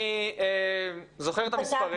אני זוכר את המספרים.